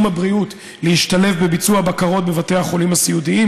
הבריאות להשתלב בביצוע הבקרות בבתי החולים הסיעודיים,